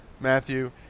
Matthew